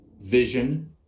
vision